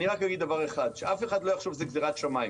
אני רק אגיד דבר אחד: שאף אחד לא יחשוב שזאת גזרת שמים.